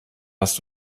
hast